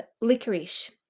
licorice